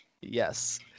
Yes